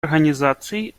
организаций